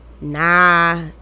Nah